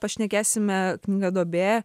pašnekėsime knygą duobė